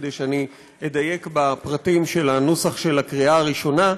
כדי שאני אדייק בפרטים של נוסח הקריאה הראשונה.